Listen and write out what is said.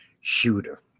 shooter